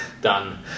Done